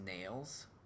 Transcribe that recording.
nails